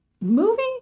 movie